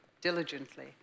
diligently